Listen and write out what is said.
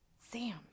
Sam